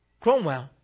Cromwell